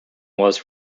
was